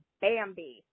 Bambi